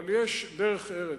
אבל יש דרך ארץ.